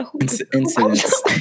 Incidents